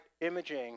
imaging